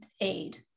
aid